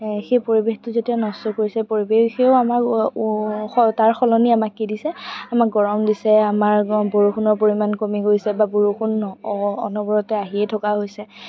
সেই পৰিৱেশটো যেতিয়া নষ্ট কৰিছে পৰিৱেশেও আমাক তাৰ সলনি আমাক কি দিছে আমাক গৰম দিছে আমাৰ বৰষুণৰ পৰিমাণ কমি গৈছে বা বৰষুণ অনবৰতে আহিয়ে থকা হৈছে